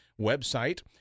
website